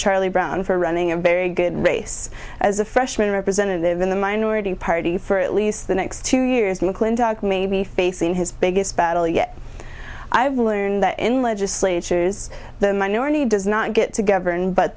charlie brown for running a very good race as a freshman representative in the minority party for at least the next two years mcclintock may be facing his biggest battle yet i've learned that in legislatures the minority does not get together and but